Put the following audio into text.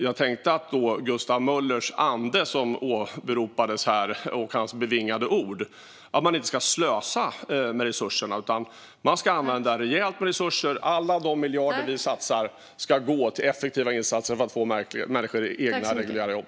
Jag tänkte på Gustav Möllers ande, och hans bevingade ord, som åberopades här: Man ska inte slösa med resurserna, utan man ska använda rejält med resurser. Alla de miljarder vi satsar ska gå till effektiva insatser för att få människor i egna riktiga jobb.